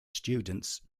students